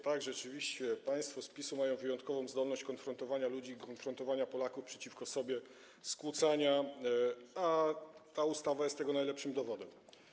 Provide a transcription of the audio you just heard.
Tak, rzeczywiście, państwo z PiS mają wyjątkową zdolność konfrontowania ludzi, konfrontowania Polaków z Polakami, skłócania, a ta ustawa jest tego najlepszym dowodem.